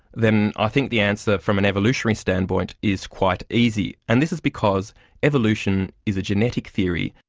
then i think the answer from an evolutionary standpoint, is quite easy. and this is because evolution is a genetic theory.